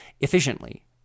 efficiently